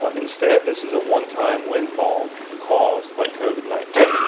um instead, this is a one time windfall caused by covid nineteen.